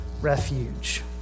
refuge